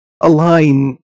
align